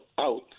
out